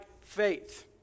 faith